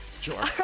Sure